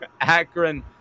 akron